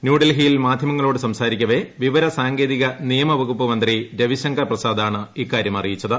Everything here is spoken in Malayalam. ന്യൂഡൽഹിയിൽ മാധ്യമങ്ങളോട് സംസാരിക്കവേ വിവര സാങ്കേതിക നിയമ വകുപ്പ് മന്ത്രി രവിശങ്കർ പ്രസാദാണ് ഇക്കാര്യം അറിയിച്ചത്